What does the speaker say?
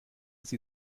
sie